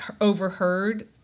overheard